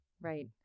Right